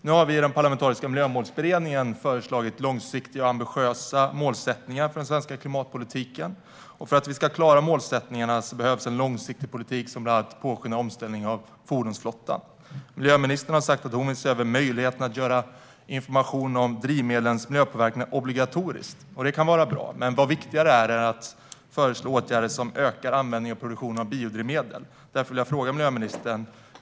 Nu har den parlamentariska Miljömålsberedningen föreslagit långsiktiga och ambitiösa mål för den svenska klimatpolitiken. För att vi ska klara målen behövs en långsiktig politik som bland annat påskyndar omställningen av fordonsflottan. Miljöministern har sagt att hon vill se över möjligheterna att göra information om drivmedlens miljöpåverkan obligatorisk. Det kan vara bra. Men det är viktigare att föreslå åtgärder som ökar användningen och produktionen av biodrivmedel.